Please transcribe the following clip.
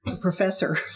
professor